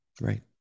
Right